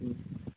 ꯎꯝ